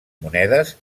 monedes